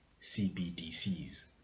cbdc's